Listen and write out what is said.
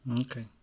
Okay